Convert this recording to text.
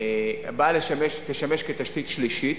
תשמש כתשתית שלישית.